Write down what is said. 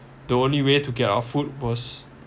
the only way to get our food was